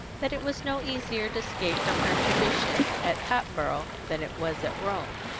that it was no easier to escape from her tradition at hatboro' than it was at rome.